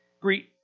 Greet